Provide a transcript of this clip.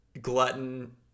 glutton